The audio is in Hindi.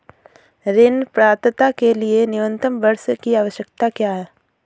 ऋण पात्रता के लिए न्यूनतम वर्ष की आवश्यकता क्या है?